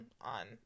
on